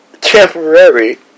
temporary